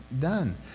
done